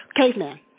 Caveman